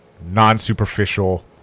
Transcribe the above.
non-superficial